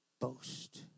boast